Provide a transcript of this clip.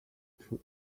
two